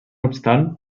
obstant